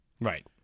right